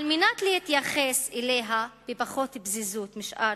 על מנת להתייחס אליה בפחות פזיזות משאר